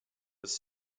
was